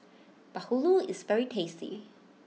Bahulu is very tasty